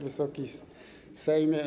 Wysoki Sejmie!